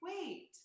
wait